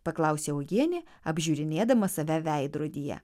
paklausė uogienė apžiūrinėdama save veidrodyje